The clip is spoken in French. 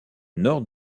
nord